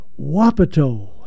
Wapato